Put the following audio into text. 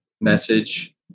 message